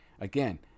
Again